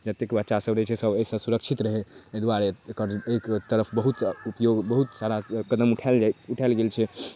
जतेक बच्चासभ रहै छै सभ एहिसँ सुरक्षित रहै एहि दुआरे एकर एक तरफ बहुत उपयोग बहुत सारा कदम उठाएल जाइ उठाएल गेल छै